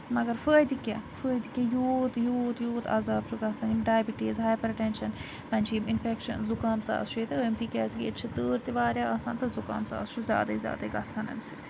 مگر فٲیدٕ کیاہ فایدٕ کیاہ یوٗت یوٗت یوٗت عَذاب چھُ گَژھان یِمَن ڈایبِٹیٖز ہایپَر ٹیٚنشَن وۄنۍ چھِ یِم اِنفیٚکشَن زُکام ژاس چھِ ییٚتہِ آمتُے کیازکہِ ییٚتہِ چھِ تۭر تہِ واریاہ آسان تہٕ زُکام ژاس چھُ زیادے زیادے گَژھان امہِ سۭتۍ